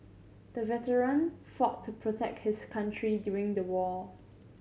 the veteran fought to protect his country during the war